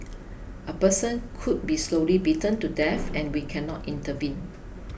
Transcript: a person could be slowly beaten to death and we cannot intervene